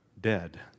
dead